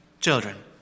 children